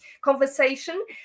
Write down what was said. conversation